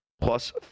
Plus